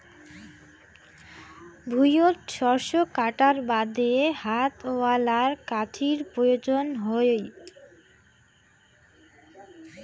ভুঁইয়ত শস্য কাটার বাদে হাতওয়ালা কাঁচির প্রয়োজন হই